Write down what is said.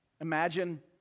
Imagine